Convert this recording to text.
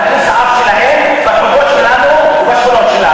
להכניס את האף שלהם לרחובות שלנו ולשכונות שלנו.